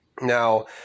Now